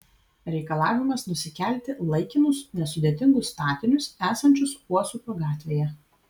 reikalavimas nusikelti laikinus nesudėtingus statinius esančius uosupio gatvėje